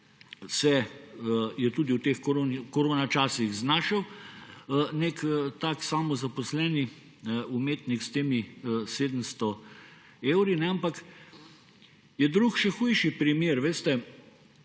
se je tudi v teh koronačasih znašel nek tak samozaposleni umetnik s temi 700 evri. Drugi primer je še hujši, primer